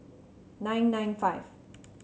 nine nine five